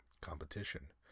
Competition